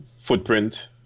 footprint